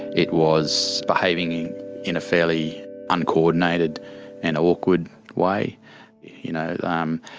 it was behaving in a fairly uncoordinated and awkward way. you know, um,